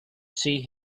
see